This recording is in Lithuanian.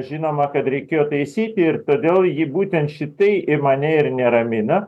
žinoma kad reikėjo taisyti ir todėl jį būtent šitai į mane ir neramina